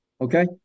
Okay